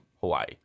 Hawaii